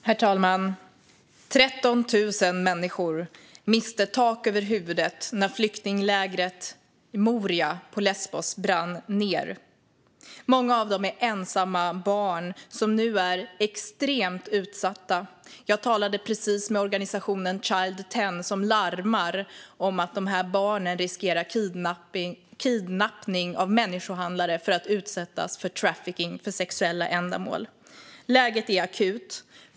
Herr talman! 13 000 personer miste tak över huvudet när flyktinglägret i Moria på Lesbos brann ned. Många av dem är ensamma barn som nu är extremt utsatta. Jag talade precis med organisationen Child 10 som larmar om att de här barnen riskerar kidnappning av människohandlare för att utsättas för trafficking för sexuella ändamål. Läget är akut.